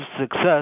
success